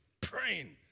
praying